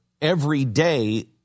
everyday